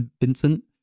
vincent